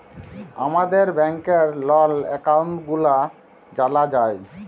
আমাদের ব্যাংকের লল একাউল্ট গুলা জালা যায়